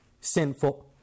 sinful